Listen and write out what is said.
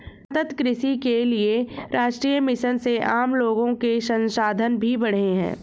सतत कृषि के लिए राष्ट्रीय मिशन से आम लोगो के संसाधन भी बढ़े है